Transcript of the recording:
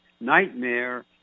nightmare